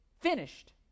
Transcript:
finished